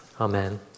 Amen